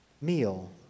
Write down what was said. meal